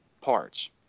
parts